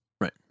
Right